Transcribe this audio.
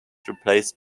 replaced